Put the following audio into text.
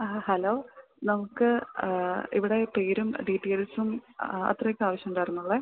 ആ ഹലോ നമുക്ക് ഇവിടെ പേരും ഡീറ്റേൽസും അത്രയും ഒക്കെ ആവശ്യം ഉണ്ടായിരുന്നുള്ളു